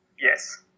Yes